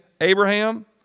Abraham